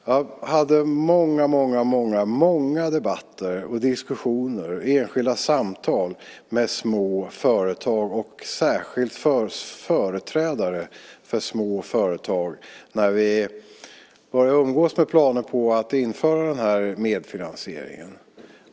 Jag hade många debatter och diskussioner, enskilda samtal, med små företag och särskilt företrädare för små företag när vi började umgås med planer på att införa medfinansieringen.